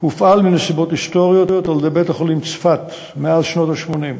הופעל בנסיבות היסטוריות על-ידי בית-החולים צפת מאז שנות ה-80.